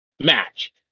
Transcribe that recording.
match